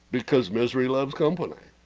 because misery loves company